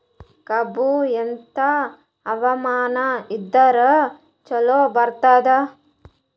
ಕಬ್ಬು ಎಂಥಾ ಹವಾಮಾನ ಇದರ ಚಲೋ ಬರತ್ತಾದ?